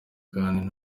kandi